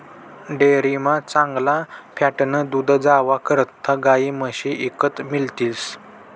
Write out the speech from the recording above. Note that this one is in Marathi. डेअरीमा चांगला फॅटनं दूध जावा करता गायी म्हशी ईकत मिळतीस